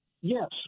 Yes